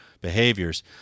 behaviors